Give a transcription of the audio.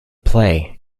play